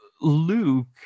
Luke